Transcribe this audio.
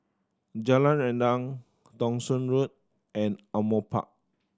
Jalan Rendang Thong Soon Road and Ardmore Park